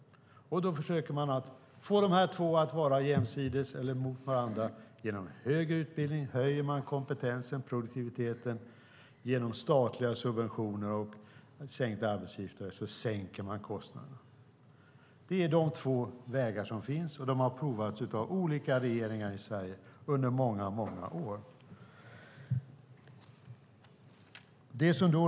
Det man då försöker göra är att få produktivitet och kostnader att hamna på samma nivå. Genom högre utbildning höjer man kompetensen och produktiviteten, genom statliga subventioner och sänkta arbetsgivaravgifter sänker man kostnaderna. Det är de två vägar som finns, och de har provats av olika regeringar i Sverige under många år.